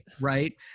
Right